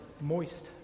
moist